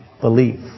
belief